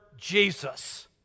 Jesus